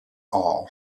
all